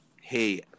hey